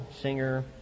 singer